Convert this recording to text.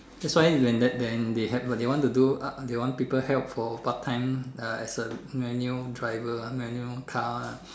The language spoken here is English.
that's why when that when they want to do uh they want people help for part time as a manual driver manual car